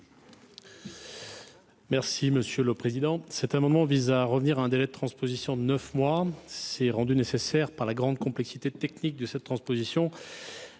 est à M. le ministre. Cet amendement vise à revenir à un délai de transposition de neuf mois, rendu nécessaire par la grande complexité technique de cette transposition.